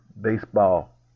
Baseball